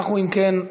אם כן,